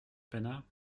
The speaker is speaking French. peinards